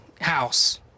house